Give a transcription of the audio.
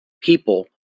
people